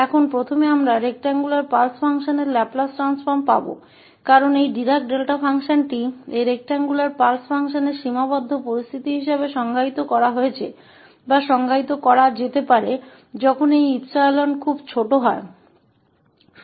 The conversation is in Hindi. अब पहले हम इस आयताकार पल्स फ़ंक्शन का लैपलेस ट्रांसफ़ॉर्म प्राप्त करेंगे क्योंकि इस डायराक डेल्टा फ़ंक्शन को इस आयताकार पल्स फ़ंक्शन की सीमित स्थिति के रूप में परिभाषित किया जा सकता है या परिभाषित किया जा सकता है जब यह 𝜖 बहुत छोटा होता है